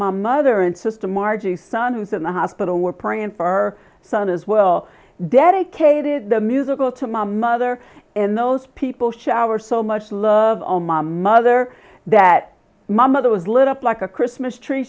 my mother and sister margie son who's in the hospital were praying for our son as well dedicated the musical to my mother in those people shower so much love on my mother that my mother was lit up like a christmas tree